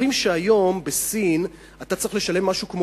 אומרים שהיום בסין אתה צריך לשלם משהו כמו